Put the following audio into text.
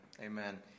Amen